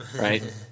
right